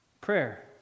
Prayer